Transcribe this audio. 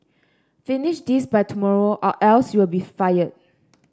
finish this by tomorrow or else you'll be fired